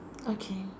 okay